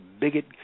bigot